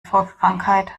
volkskrankheit